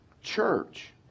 Church